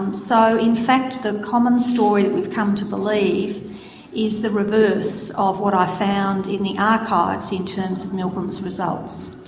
um so in fact the common story that we've come to believe is the reverse of what i found in the archives in terms of milgram's results.